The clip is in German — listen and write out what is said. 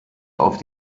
auf